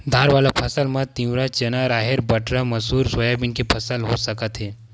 दार वाला फसल म तिंवरा, चना, राहेर, बटरा, मसूर, सोयाबीन के फसल ले सकत हे